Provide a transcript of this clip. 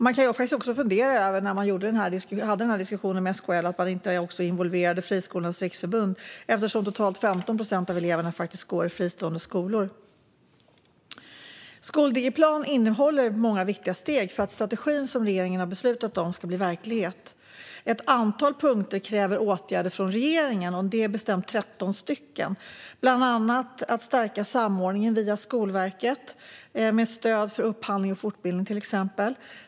Man kan också fundera över att man inte också involverade Friskolornas riksförbund när man hade diskussionen med SKL eftersom totalt 15 procent av eleverna går i fristående skolor. Skoldigiplan innehåller många viktiga steg för att strategin som regeringen har beslutat om ska bli verklighet. Ett antal punkter kräver åtgärder från regeringen. Det är bestämt 13 stycken. Det handlar bland annat om att stärka samordningen via Skolverket med stöd för till exempel upphandling och fortbildning.